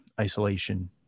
isolation